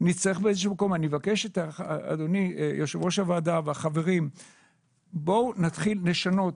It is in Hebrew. אני מבקש את אדוני יושב ראש הוועדה ואת החברים בואו נתחיל לשנות.